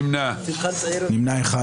2 נמנעים.